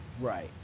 Right